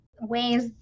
ways